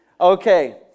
Okay